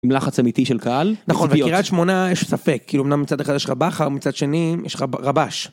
עם לחץ אמיתי של קהל. נכון, בקירת שמונה יש ספק, כאילו אמנם מצד אחד יש לך בחר ומצד שני יש לך רבש.